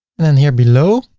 and then here below,